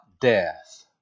death